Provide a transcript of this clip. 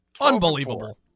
Unbelievable